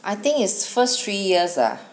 I think its first three years ah